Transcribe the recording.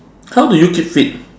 how do you keep fit